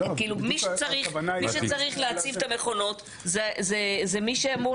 כשמי שצריך להציב את המכונות זה מי שאמור